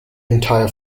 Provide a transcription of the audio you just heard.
entire